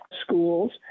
schools